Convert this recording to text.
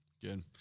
Good